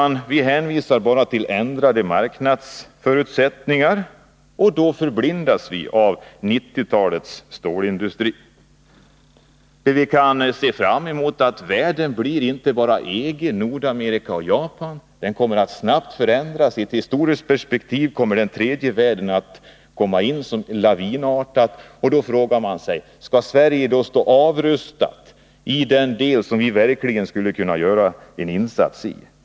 Ni hänvisar bara till ändrade marknadsförutsättningar och förblindas av 1990-talets stålindustri. Vad vi kan se fram emot är att världen snabbt kommer att förändras. Den kommer inte bara att vara EG, Nordamerika och Japan. I ett historiskt perspektiv kommer vi att få erfara hur tredje världen kommit in lavinartat snabbt. Man frågar sig då: Skall Sverige stå avrustat i den del av världen där vi verkligen skulle kunna göra en insats?